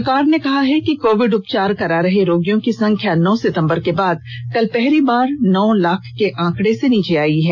सरकार ने कहा है कि कोविड उपचार करा रहे रोगियों की संख्या नौ सितंबर के बाद कल पहली बार नौ लाख के आंकड़े से नीचे आई है